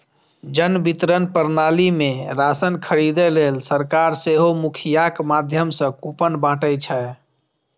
जन वितरण प्रणाली मे राशन खरीदै लेल सरकार सेहो मुखियाक माध्यम सं कूपन बांटै छै